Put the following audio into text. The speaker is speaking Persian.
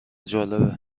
جالبه